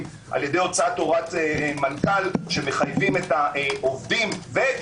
על ידי הוצאת הוראת מנכ"ל שמחייבים את העובדים ואת